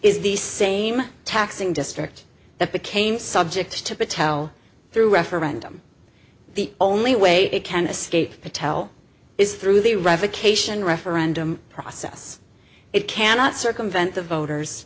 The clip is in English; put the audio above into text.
is the same taxing district that became subject to patel through referendum the only way it can escape patel is through the revocation referendum process it cannot circumvent the voters